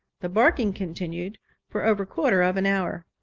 the barking continued for over quarter of an hour.